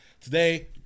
Today